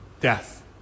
death